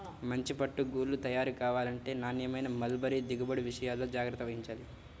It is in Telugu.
మంచి పట్టు గూళ్ళు తయారు కావాలంటే నాణ్యమైన మల్బరీ దిగుబడి విషయాల్లో జాగ్రత్త వహించాలి